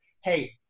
hey-